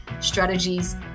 strategies